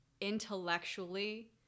intellectually